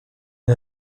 est